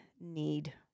need